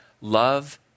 love